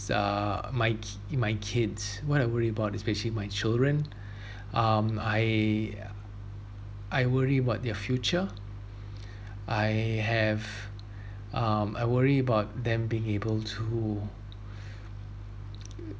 uh my ki~ my kids what I worry about especially my children um I I worry about their future I have um I worry about them being able to